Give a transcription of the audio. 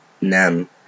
NEM